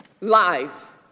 lives